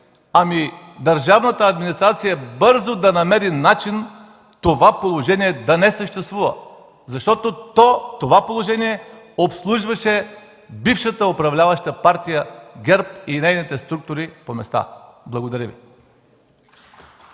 и държавната администрация бързо да намери начин това положение да не съществува, защото то обслужваше бившата управляваща партия ГЕРБ и нейните структури по места. Благодаря Ви.